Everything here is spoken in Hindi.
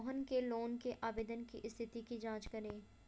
मोहन के लोन के आवेदन की स्थिति की जाँच करें